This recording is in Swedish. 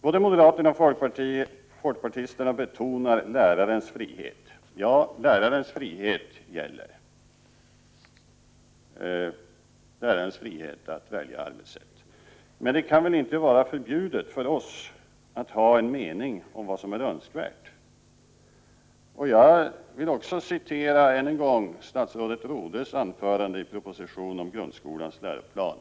Både moderaterna och folkpartisterna betonar lärarens frihet. Ja, lärarens frihet att välja arbetssätt gäller. Men det kan väl inte vara förbjudet för oss att ha en mening om vad som är önskvärt. Jag vill också än en gång citera ur statsrådet Rodhes anförande i propositionen om grundskolans läroplan.